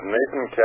Nathan